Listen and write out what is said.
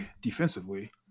defensively